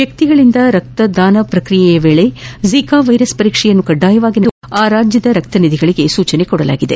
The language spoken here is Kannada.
ವ್ಯಕ್ತಿಗಳಿಂದ ರಕ್ತದಾನ ಪ್ರಕ್ರಿಯೆಯ ವೇಳೆ ಜಿಕಾ ವೈರಸ್ ಪರೀಕ್ಷೆ ಕಡ್ಡಾಯವಾಗಿ ನಡೆಸುವಂತೆ ರಾಜ್ಯದ ರಕ್ತನಿಧಿಗಳಿಗೆ ಸೂಚಿಸಲಾಗಿದೆ